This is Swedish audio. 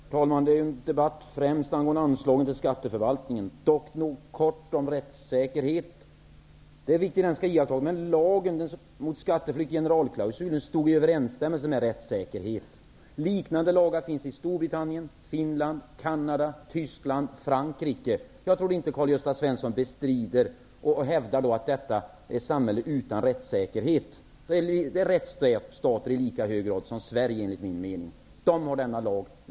Herr talman! Debatten rör främst anslagen till skatteförvaltningen. Dock något kort om rättssäkerheten. Det är viktigt att den skall iakttas, men generalklausulen mot skatteflykt stod i överensstämmelse med rättssäkerheten. Liknande lagar finns i Storbritannien, Finland, Canada, Tyskland och Frankrike. Jag tror inte att Karl Gösta Svenson hävdar att dessa länder saknar rättssäkerhet. De är enligt min mening rättsstater i lika hög grad som Sverige. De har denna lag.